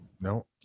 no